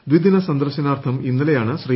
ദ്വിദിന സന്ദർശനാർഥം ഇന്നലെയാണ് ശ്രീ